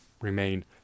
remain